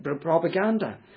propaganda